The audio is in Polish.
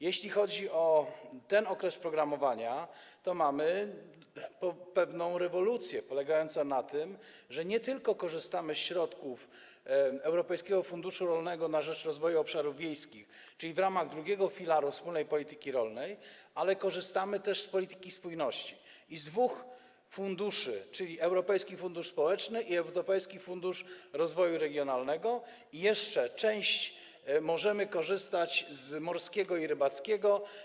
Jeśli chodzi o okres programowania, to mamy pewną rewolucję polegającą na tym, że nie tylko korzystamy ze środków Europejskiego Funduszu Rolnego na rzecz Rozwoju Obszarów Wiejskich, czyli w ramach II filaru wspólnej polityki rolnej, ale też korzystamy z polityki spójności i z dwóch funduszy, czyli Europejskiego Funduszu Społecznego i Europejskiego Funduszu Rozwoju Regionalnego, a jeszcze w części możemy korzystać z morskiego i rybackiego.